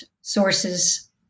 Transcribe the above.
sources